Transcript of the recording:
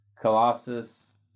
Colossus